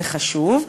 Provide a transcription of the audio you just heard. זה חשוב,